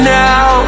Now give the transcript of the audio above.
now